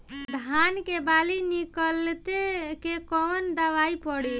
धान के बाली निकलते के कवन दवाई पढ़े?